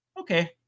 okay